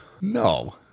No